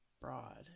broad